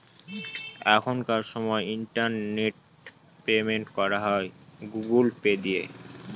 এখনকার সময় internet payment করা হয় গুগুল পে দিয়ে